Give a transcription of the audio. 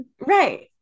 Right